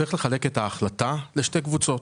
צריך לחלק את ההחלטה לשתי קבוצות.